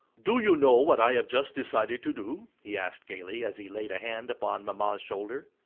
do you know what i have just decided to do? he asked gaily as he laid a hand upon mamma's shoulder.